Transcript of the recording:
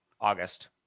August